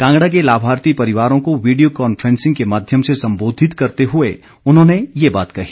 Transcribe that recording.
कांगड़ा के लाभार्थी परिवारों को वीडियो कांफ्रेंसिंग के माध्यम से संबोधित करते हुए उन्होंने ये बात कही